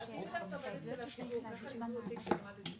הייתם אחרי כשלא הייתי